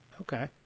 Okay